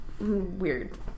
weird